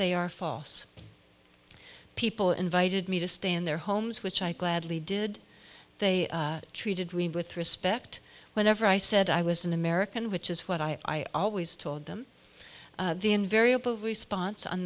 they are false people invited me to stay in their homes which i gladly did they treated me with respect whenever i said i was an american which is what i always told them the invariable response on